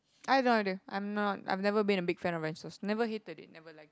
I have no idea I'm not I'm never been a big fan of races never hated it never liked it